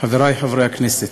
חברי חברי הכנסת,